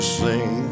sing